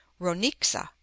Ronixa